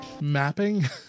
mapping